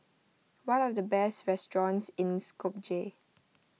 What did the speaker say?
what are the best restaurants in Skopje